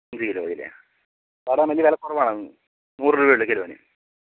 ഒരുകിലോ മതിയല്ലേ വാടാമല്ലി വിലക്കുറവാണ് നൂറു രൂപയേ ഉള്ളു കിലോന്